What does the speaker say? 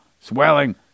swelling